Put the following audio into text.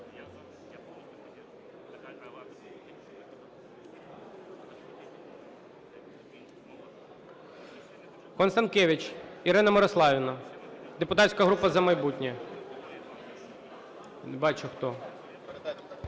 Констанкевич Ірина Мирославівна, депутатська група "За майбутнє".